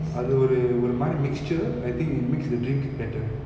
அது ஒரு ஒரு மாறி:athu oru oru mari mixture I think it makes the drink better